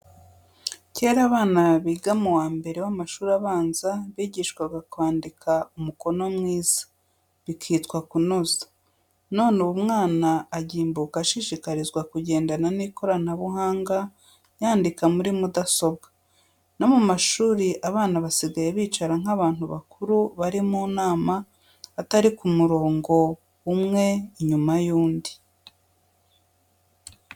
Kera abana biga mu wa mbere w'amashuri abanza bigishwaga kwandika umukono mwiza, bikitwa kunoza, none ubu umwana agimbuka ashishikarizwa kugendana n'ikoranabuhanga, yandika muri mudasobwa, no mu ishuri abana basigaye bicara nk'abantu bakuru bari mu nama, atari ku murongo, umwe inyuma y'undi.